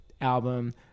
album